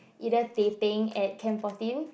either teh peng at camp fourteen